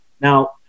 Now